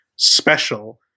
special